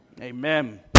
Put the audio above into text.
amen